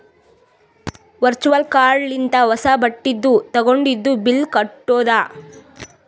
virtual card ಲಿಂತ ಹೊಸಾ ಬಟ್ಟಿದು ತಗೊಂಡಿದು ಬಿಲ್ ಕಟ್ಟುದ್